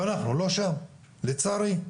אנחנו לא שם, לצערי.